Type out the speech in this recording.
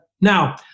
Now